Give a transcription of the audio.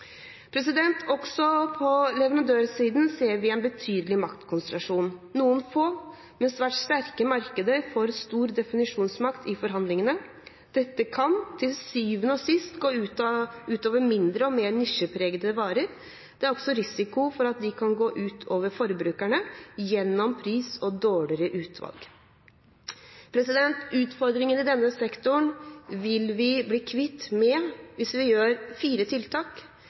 Også på leverandørsiden ser vi en betydelig maktkonsentrasjon. Noen få, men svært sterke merker får stor definisjonsmakt i forhandlingene. Dette kan til syvende og sist gå ut over mindre og mer nisjepregede varer. Det er også risiko for at det kan gå ut over forbrukerne gjennom høyere pris og dårligere utvalg. Utfordringene i denne sektoren vil vi bli kvitt hvis vi gjør fire tiltak.